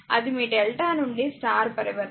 అది మీ డెల్టా నుండి స్టార్ పరివర్తన